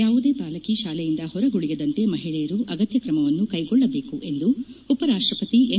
ಯಾವುದೇ ಬಾಲಕಿ ಶಾಲೆಯಿಂದ ಹೊರಗುಳಿಯದಂತೆ ಮಹಿಳೆಯರು ಅಗತ್ಯ ಕ್ರಮವನ್ನು ಕೈಗೊಳ್ಳಬೇಕು ಎಂದು ಉಪರಾಷ್ಟ್ವಪತಿ ಎಂ